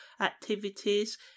activities